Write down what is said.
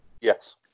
Yes